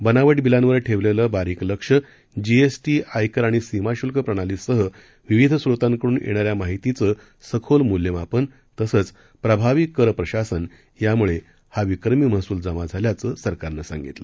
बनावट बिलांवर ठेवलेलं बारीक लक्ष जीएसटी आयकर आणि सीमाशुल्क प्रणालीसह विविध स्त्रोतांकडून येणाऱ्या माहितीचं सखोल मूल्यमापन तसंच प्रभावी कर प्रशासन यामुळे हा विक्रमी महसूल जमा झाल्याचं सरकारनं सांगितलं